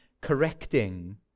correcting